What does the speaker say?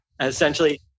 essentially